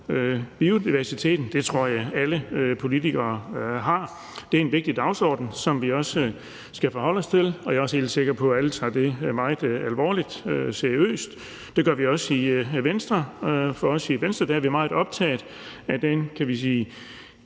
biodiversiteten; det tror jeg alle politikere synes. Det er en vigtig dagsorden, som vi også skal forholde os til, og jeg er også helt sikker på, at alle tager det meget seriøst. Det gør vi også i Venstre. I Venstre er vi meget optaget af den, kan man sige,